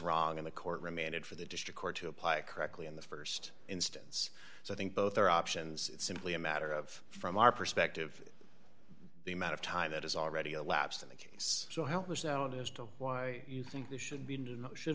wrong in the court remanded for the district court to apply it correctly in the st instance so i think both are options it's simply a matter of from our perspective the amount of time that is already elapsed in the case so helpless out as to why you think this should be and should